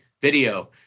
video